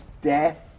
death